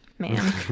man